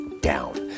down